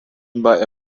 mbaʼe